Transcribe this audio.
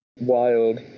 wild